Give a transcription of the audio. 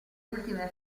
ultima